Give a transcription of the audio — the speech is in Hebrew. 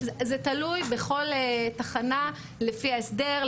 זה תלוי בכל תחנה לפי ההסדר,